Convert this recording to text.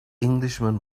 englishman